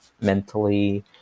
mentally